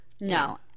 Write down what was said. no